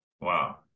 wow